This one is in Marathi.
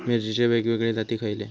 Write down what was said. मिरचीचे वेगवेगळे जाती खयले?